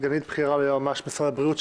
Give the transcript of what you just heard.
סגנית בכירה ליועמ"ש משרד הבריאות,